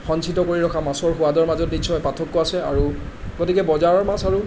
সঞ্চিত কৰি ৰখা মাছৰ সোৱাদৰ মাজত নিশ্চয় পাৰ্থক্য আছে আৰু গতিকে বজাৰৰ মাছ আৰু